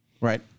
Right